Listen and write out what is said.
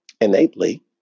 innately